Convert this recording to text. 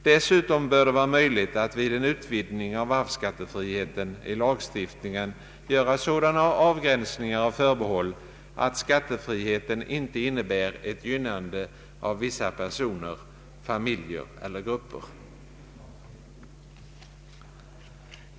Dessutom bör det vara möjligt att vid en utvidgning av arvsskattefriheten i lagstiftningen göra sådana avgränsningar och förbehåll att skattefriheten inte innebär ett gynnande av vissa personer, familjer eller grupper.